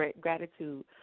gratitude